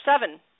seven